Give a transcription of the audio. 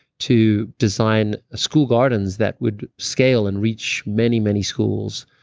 to design a school gardens that would scale and reach many, many schools.